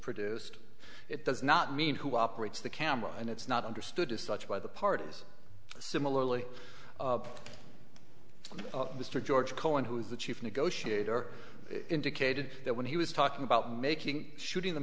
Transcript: produced it does not mean who operates the camera and it's not understood as such by the parties similarly mr george cohen who is the chief negotiator indicated that when he was talking about making shooting the